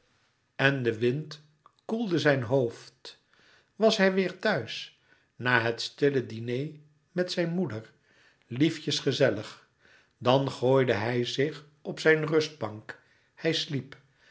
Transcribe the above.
en de wind koelde zijn hoofd was hij weêr thuis na het stille diner met zijn moeder liefjes gezellig dan gooide hij zich op zijn rustbank hij sliep